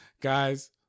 guys